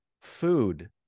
food